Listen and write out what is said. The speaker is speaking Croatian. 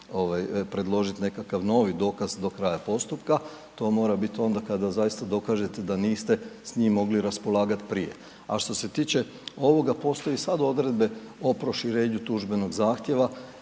predložiti nekakav novi dokaz do kraja postupka. To mora biti onda, kada zaista dokažete da niste s njim mogli raspolagati prije. A što se tiče ovoga, postoji i sad odredbe o proširenju tužbenog zahtjeva